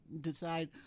decide